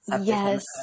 Yes